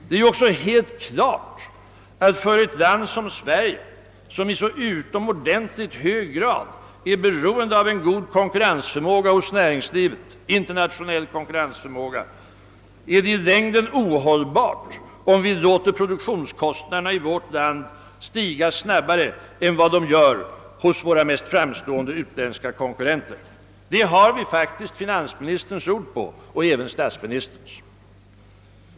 Det är också helt klart att det för ett land som Sverige, som i så utomordentligt hög grad är beroende av en god internationell konkurrensförmåga hos näringslivet, i längden är ohållbart om vi låter produktionskostnaderna i vårt land stiga snabbare än vad de gör hos våra mest framstående utländska konkurrenter. Det har vi faktiskt finansministerns ord på och även statsministerns.